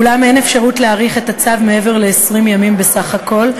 אולם אין אפשרות להאריך את הצו מעבר ל-20 ימים בסך הכול.